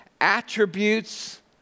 attributes